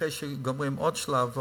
אחרי שגומרים עוד שלב,